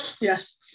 yes